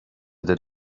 did